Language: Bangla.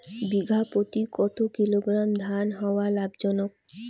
বিঘা প্রতি কতো কিলোগ্রাম ধান হওয়া লাভজনক?